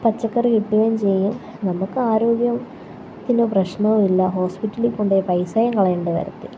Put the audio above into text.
പച്ചക്കറി കിട്ടുകയും ചെയ്യും നമുക്ക് ആരോഗ്യത്തിന് പ്രശ്നവുമില്ല ഹോസ്പിറ്റലിൽ കൊണ്ടു പോയി പൈസയും കളയേണ്ടി വരത്തില്ല